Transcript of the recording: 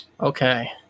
Okay